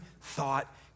thought